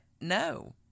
no